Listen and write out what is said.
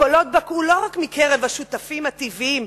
הקולות בקעו לא רק מקרב השותפים הטבעיים,